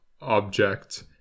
object